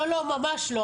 לא, לא, ממש לא.